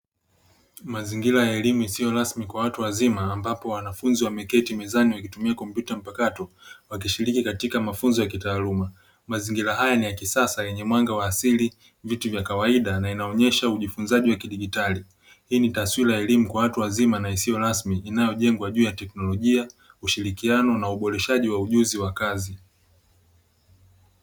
Mazingira ya elimu isiyo rasmi kwa watu wazima ambapo wanafunzi wameketi mezani wakitumia kompyuta mpakato. Wakishiriki katika mafunzo ya kitaaluma mazingira haya ni ya kisasa yenye mwanga wa asili vitu vya kawaida na inaonyesha ujifunzaji wa kidijitali. Hii ni taswira ya elimu kwa watu wazima na isiyo rasmi inayojengwa juu ya teknolojia kushirikiano na uboreshaji wa ujuzi wa kazi.